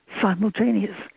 simultaneous